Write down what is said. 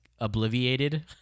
obliviated